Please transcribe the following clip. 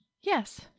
yes